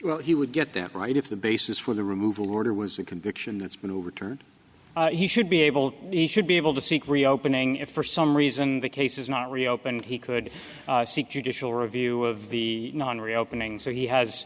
well he would get them right if the basis for the removal order was a conviction that's been overturned he should be able to should be able to seek reopening if for some reason the case is not reopened he could seek judicial review of the non reopening so he has